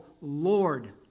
Lord